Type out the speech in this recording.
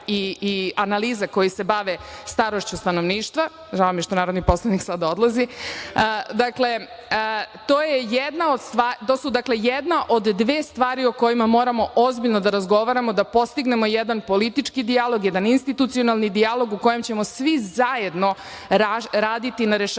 i analiza koje se bave starošću stanovništva, žao mi je što narodni poslanik sada odlazi. Dakle, jedna od dve stvari o kojima moramo ozbiljno da razgovaramo, da postignemo jedan politički dijalog, jedan institucijalni dijalog u kome ćemo svi zajedno raditi na rešavanju